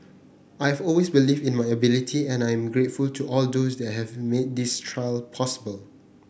I've always believed in my ability and I am grateful to all those that have made this trial possible